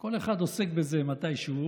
כל אחד עוסק בזה מתישהו.